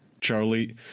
Charlie